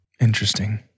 Interesting